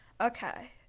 okay